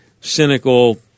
cynical